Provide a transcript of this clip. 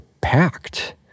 packed